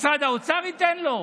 משרד האוצר ייתן לו?